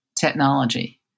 technology